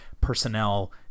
personnel